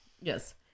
Yes